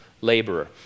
laborer